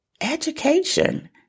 education